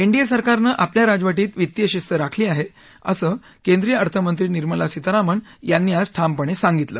NDA सरकारनं आपल्या राजवटीत वित्तीय शिस्त राखली आहे असं केंद्रिय अर्थमंत्री निर्मला सीतारामन यांनी आज ठामपणे सांगितलं